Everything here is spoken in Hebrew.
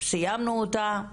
סיימנו אותה,